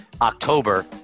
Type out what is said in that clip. october